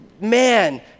man